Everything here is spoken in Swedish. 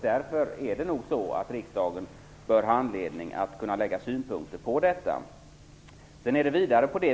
Därför är det nog så att riksdagen bör ha anledning att kunna lägga synpunkter på detta.